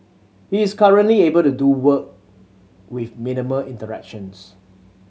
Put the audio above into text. he is currently able to do work with minimal interactions